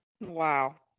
Wow